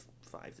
five